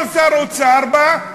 כל שר אוצר בא,